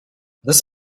this